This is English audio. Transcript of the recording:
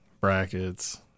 brackets